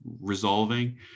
resolving